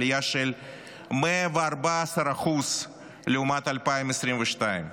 עלייה של 114% לעומת 2022,